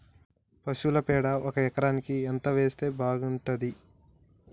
పశువుల పేడ ఒక ఎకరానికి ఎంత వేస్తే బాగుంటది?